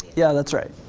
yeah that's right,